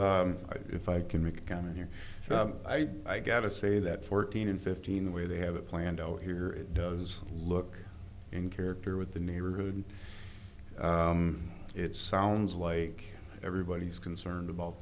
so if i can make coming here i i gotta say that fourteen and fifteen the way they have it planned out here it does look in character with the neighborhood it sounds like everybody's concerned about